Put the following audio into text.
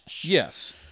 Yes